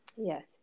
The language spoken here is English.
Yes